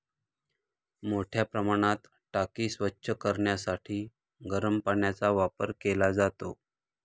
मोठ्या प्रमाणात टाकी स्वच्छ करण्यासाठी गरम पाण्याचा वापर केला जातो